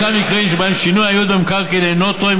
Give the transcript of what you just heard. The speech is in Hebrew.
ישנם מקרים שבהם שינוי הייעוד במקרקעין אינו תואם